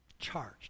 charged